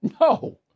No